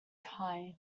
kind